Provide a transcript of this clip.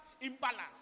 imbalance